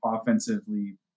offensively